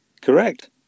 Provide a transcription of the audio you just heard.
correct